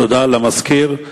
תודה לסגן מזכיר הכנסת.